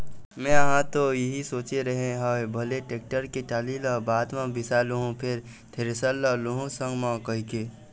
मेंहा ह तो इही सोचे रेहे हँव भले टेक्टर के टाली ल बाद म बिसा लुहूँ फेर थेरेसर ल लुहू संग म कहिके